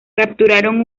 capturaron